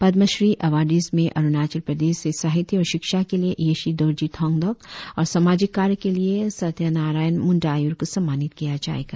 Padmashri awardees में अरुणाचल प्रदेश से साहित्य और शिक्षा के लिए येशी दोरजी थोंदक और सामाजिक कार्य के लिए सथ्यानारायण मुंडायुर को सम्मानित किया जाएगा